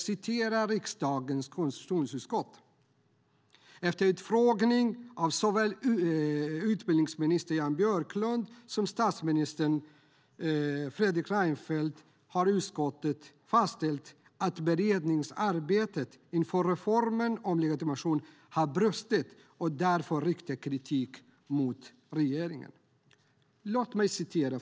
Efter utfrågningar av såväl utbildningsminister Jan Björklund som statsminister Fredrik Reinfeldt har utskottet fastställt att beredningsarbetet inför reformen om legitimation har brustit och riktar därför kritik mot regeringen. Fru talman!